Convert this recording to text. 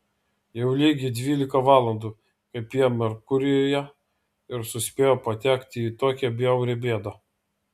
jau lygiai dvylika valandų kaip jie merkurijuje ir suspėjo patekti į tokią bjaurią bėdą